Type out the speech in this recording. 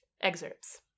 Excerpts